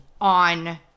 on